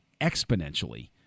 exponentially